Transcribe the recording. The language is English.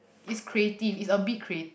is creative is a bit creat~